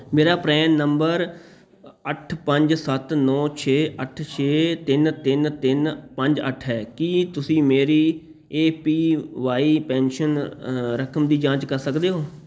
ਮੇਰਾ PRAN number ਅੱਠ ਪੰਜ ਸੱਤ ਨੌ ਛੇ ਅੱਠ ਛੇ ਤਿੰਨ ਤਿੰਨ ਤਿੰਨ ਪੰਜ ਅੱਠ ਹੈ ਕੀ ਤੁਸੀਂ ਮੇਰੀ ਏ ਪੀ ਵਾਈ ਪੈਨਸ਼ਨ ਰਕਮ ਦੀ ਜਾਂਚ ਕਰ ਸਕਦੇ ਹੋ